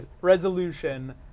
resolution